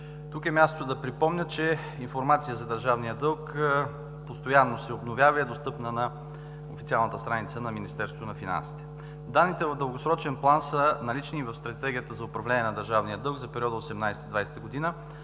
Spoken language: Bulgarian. Тук е мястото да припомня, че информацията за държавния дълг постоянно се обновява и е достъпна на официалната страница на Министерството на финансите. Данните в дългосрочен план са налични в Стратегията за управление на държавния дълг за периода 2018 – 2020 г., а